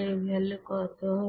এর ভ্যালু কত হবে